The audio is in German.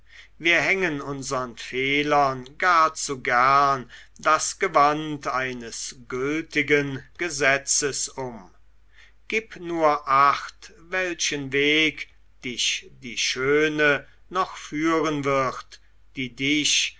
wir hängen unsern fehlern gar zu gern das gewand eines gültigen gesetzes um gib nur acht welchen weg dich die schöne noch führen wird die dich